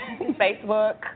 Facebook